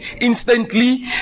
instantly